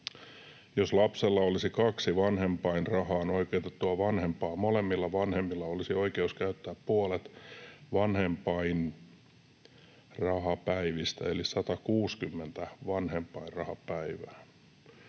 Jos lapsella olisi kaksi vanhempainrahaan oikeutettua vanhempaa, molemmilla vanhemmilla olisi oikeus käyttää puolet vanhempainrahapäivistä eli 160 vanhempainrahapäivää.”